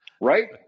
Right